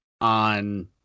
on